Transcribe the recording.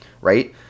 right